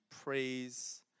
praise